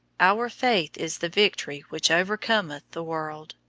our faith is the victory which overcometh the world.